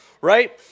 right